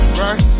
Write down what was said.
right